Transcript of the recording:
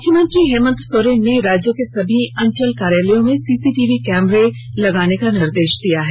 मुख्यमंत्री हेमंत सोरेन ने राज्य के सभी अंचल कार्यालय में सीसीटीवी लगाने का निर्देष दिया है